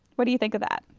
what do you think of that?